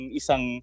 isang